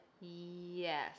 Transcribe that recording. Yes